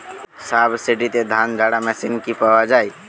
সাবসিডিতে ধানঝাড়া মেশিন কি পাওয়া য়ায়?